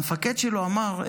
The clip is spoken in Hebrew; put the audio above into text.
המפקד שלו אמר,